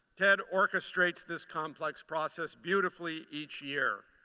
ted orchestrates this complex process beautifully each year.